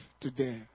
today